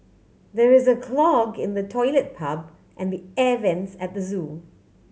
there is a clog in the toilet pipe and the air vents at the zoo